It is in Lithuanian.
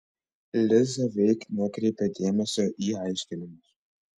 liza veik nekreipė dėmesio į aiškinimus